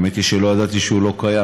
האמת היא שלא ידעתי שהוא לא קיים.